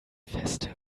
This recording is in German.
feste